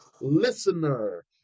listener